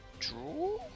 draw